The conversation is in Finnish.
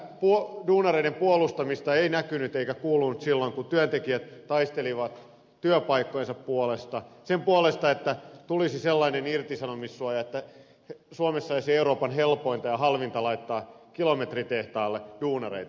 sitä duunareiden puolustamista ei näkynyt eikä kuulunut silloin kun työntekijät taistelivat työpaikkojensa puolesta sen puolesta että tulisi sellainen irtisanomissuoja ettei suomessa olisi euroopan helpointa ja halvinta laittaa kilometritehtaalle duunareita